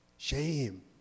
Shame